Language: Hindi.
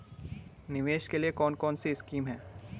निवेश के लिए कौन कौनसी स्कीम हैं?